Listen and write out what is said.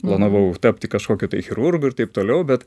planavau tapti kažkokiu tai chirurgu ir taip toliau bet